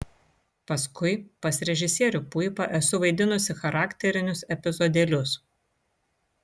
paskui pas režisierių puipą esu vaidinusi charakterinius epizodėlius